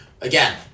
Again